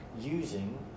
using